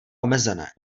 omezené